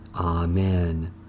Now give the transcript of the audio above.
Amen